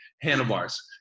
handlebars